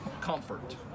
comfort